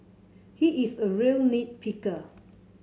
he is a real nit picker